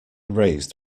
raised